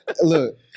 Look